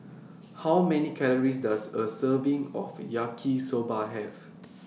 How Many Calories Does A Serving of Yaki Soba Have